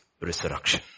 resurrection